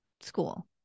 school